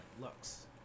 looks